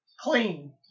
clean